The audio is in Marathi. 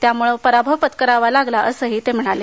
त्यामुळे पराभव पत्करावा लागला असंही ते म्हणाले